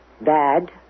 bad